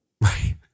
right